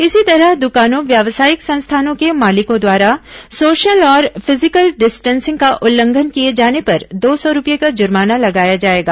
इसी तरह दुकानों व्यावसाायिक संस्थानों के मालिका द्वारा सोशल और फिजिकल डिस्टेंसिंग का उल्लंघन किए जाने पर दो सौ रूपये का जुर्माना लगाया जाएगा